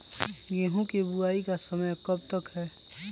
गेंहू की बुवाई का समय कब तक है?